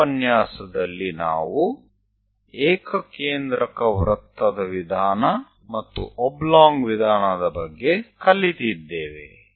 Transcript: ಈ ಉಪನ್ಯಾಸದಲ್ಲಿ ನಾವು ಏಕಕೇಂದ್ರಕ ವೃತ್ತದ ವಿಧಾನ ಮತ್ತು ಒಬ್ಲೊಂಗ್ ವಿಧಾನದ ಬಗ್ಗೆ ಕಲಿತಿದ್ದೇವೆ